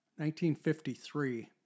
1953